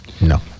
no